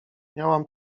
miałam